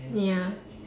ya